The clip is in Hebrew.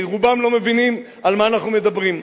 כי רובם לא מבינים על מה אנחנו מדברים,